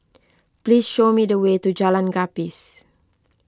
please show me the way to Jalan Gapis